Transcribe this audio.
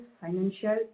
financial